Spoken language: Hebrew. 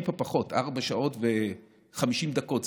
טיפה פחות: ארבע שעות ו-50 דקות,